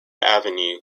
avenue